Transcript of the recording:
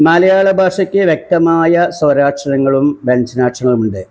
മലയാള ഭാഷയ്ക്ക് വ്യക്തമായ സ്വരാക്ഷരങ്ങളും വ്യഞ്ചനാക്ഷരങ്ങളുമുണ്ട്